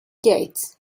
gates